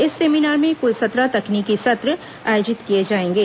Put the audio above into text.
इस सेमिनार में कुल सत्रह तकनीकी सत्र आयोजित किए जाएंगे